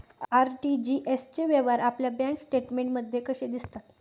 RTGS चे व्यवहार आपल्या बँक स्टेटमेंटमध्ये दिसतात का?